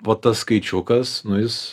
va tas skaičiukas na jis